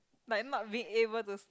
like not being able to